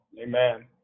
Amen